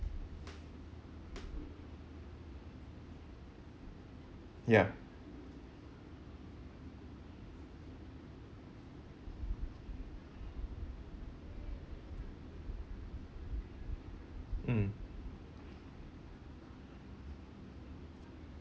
ya mm